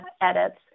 edits